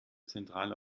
zentrale